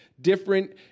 different